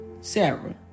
Sarah